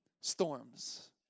storms